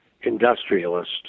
industrialist